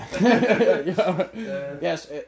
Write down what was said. Yes